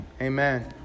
Amen